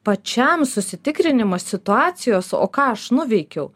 pačiam susitikrinimas situacijos o ką aš nuveikiau